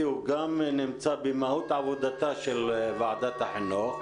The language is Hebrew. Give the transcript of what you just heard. גם נמצא במהות עבודתה של ועדת החינוך.